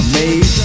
made